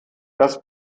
das